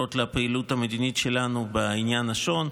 שקשורות לפעילות המדינית שלנו בעניין השו"ן.